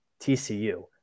TCU